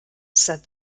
said